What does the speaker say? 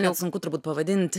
net sunku turbūt pavadinti